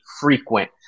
frequent